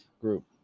group